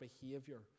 behavior